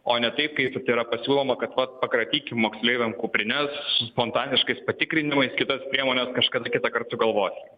o ne taip kai tai yra pasiūloma kad vat pakratykim moksleiviam kuprines spontaniškais patikrinimais kitas priemones kažkada kitąkart sugalvosim